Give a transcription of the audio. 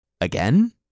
Again